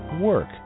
Work